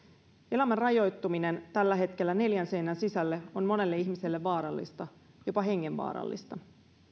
elämän rajoittuminen tällä hetkellä neljän seinän sisälle on monelle ihmiselle vaarallista jopa hengenvaarallista